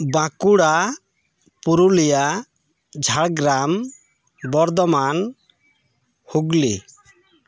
Bankura Purulia Jhargram Bardhaman Hooghly